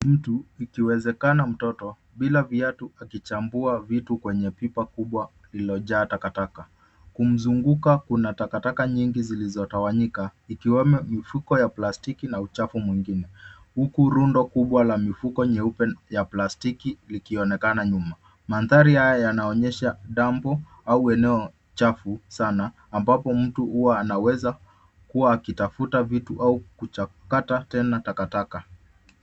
Mtu ikiwezekana mtoto bila viatu akichambua vitu kwenye pipa kubwa lililojaa takataka. Kumzunguka kuna takataka nyingi zilizotawanyika ikiwemo mifuko ya plastiki na uchafu mwingine. Huku rundo kubwa la mifuko nyeupe la plastiki likionekana nyuma. Mandhari haya yanaonyesha dump au eneo chafu sana ambapo mtu huwa anaweza kuwa akitafuta vitu au kuchakata tena takataka.